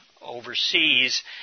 overseas